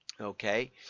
Okay